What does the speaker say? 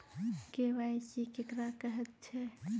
KYC केकरा कहैत छै?